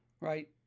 right